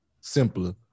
simpler